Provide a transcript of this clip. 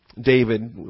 David